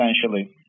essentially